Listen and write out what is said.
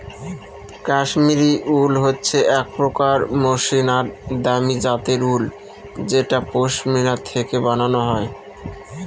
কাশ্মিরী উল হচ্ছে এক প্রকার মসৃন আর দামি জাতের উল যেটা পশমিনা থেকে বানানো হয়